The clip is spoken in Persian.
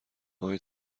اقای